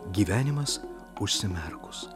gyvenimas užsimerkus